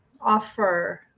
offer